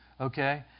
okay